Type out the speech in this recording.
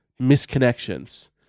misconnections